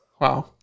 Wow